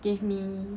gave me